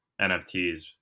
NFTs